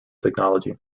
technology